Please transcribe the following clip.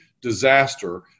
disaster